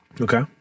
okay